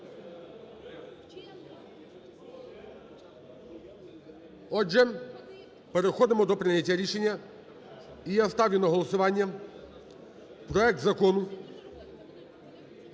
Отже, переходимо до прийняття рішення. І я ставлю на голосування проект Закону